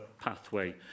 pathway